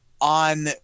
On